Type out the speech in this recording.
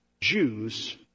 Jews